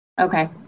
Okay